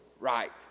right